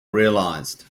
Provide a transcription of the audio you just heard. realized